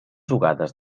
jugades